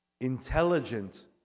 intelligent